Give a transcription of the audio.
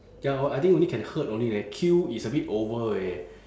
ya lor I think only can hurt only leh kill is a bit over eh